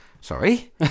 Sorry